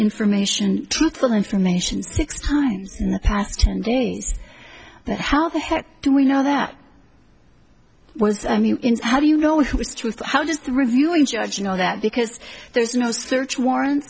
information truthful information six times past ten days but how the heck do we know that was i mean how do you know he was truth how does the reviewing judge know that because there's no search warrant